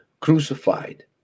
crucified